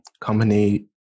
company